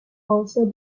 also